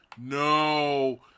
No